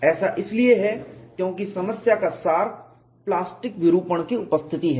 ऐसा इसलिए है क्योंकि समस्या का सार प्लास्टिक विरूपण की उपस्थिति है